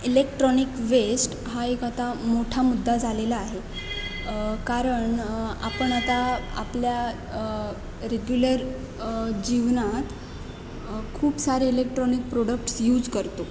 electronic waste हा एक आता मोठा मुद्दा झालेला आहे कारण आपण आता आपल्या रेग्युलर जीवनात खूप सारे इलेक्ट्रॉनिक प्रोडक्ट्स यूज करतो